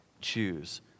choose